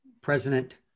President